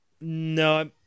No